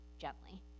gently